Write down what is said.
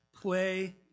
play